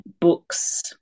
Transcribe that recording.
books